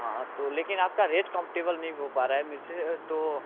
हाँ तो लेकिन आपका रेट कम्फर्टेबल नहीं हो पा रहा है मुझे तो